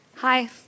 Hi